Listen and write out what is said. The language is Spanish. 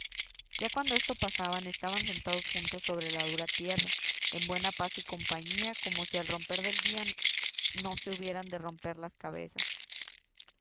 ya cuando esto pasaban estaban sentados juntos sobre la dura tierra en buena paz y compañía como si al romper del día no se hubieran de romper las cabezas